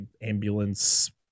ambulance